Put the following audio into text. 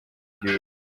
igihugu